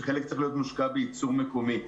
שחלק צריך להיות מושקע בייצור מקומי,